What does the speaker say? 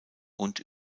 und